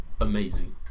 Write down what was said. Amazing